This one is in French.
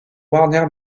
warner